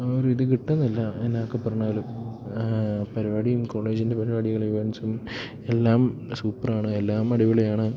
ആ ഒരിത് കിട്ടുന്നില്ല എന്നാക്കെ പറഞ്ഞാലും പരിപാടിയും കോളേജിൻ്റെ പരിപാടികൾ ഇവന്റ്സും എല്ലാം സൂപ്പറാണ് എല്ലാം അടിപൊളിയാണ്